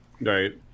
Right